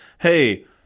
hey